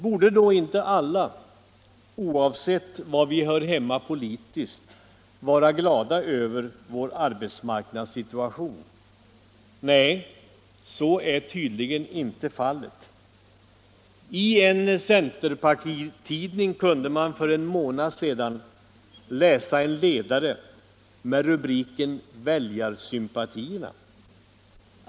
Borde vi då inte alla, oavsett var vi hör hemma politiskt, vara glada över vår arbetsmarknadssituation? Nej, så är tydligen inte fallet. I en centerpartitidning kunde man för en månad sedan läsa en ledare med rubriken Väljarsympatierna.